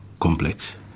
complex